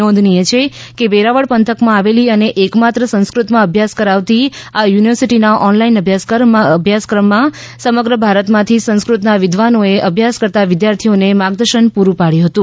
નોંધનીય છે કે વેરાવળ પંથકમાં આવેલી અને એકમાત્ર સંસ્કૃતમાં અભ્યાસ કરાવતી આ યુનિવર્સીટીના ઓનલાઇન અભ્યાસક્રમમાં સમગ્ર ભારતમાંથી સંસ્કૃતના વિધ્વાનોએ અભ્યાસ કરતાં વિદ્યાર્થીઓને માર્ગદર્શન પૂરૂ પાડ્યું હતું